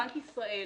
בנק ישראל,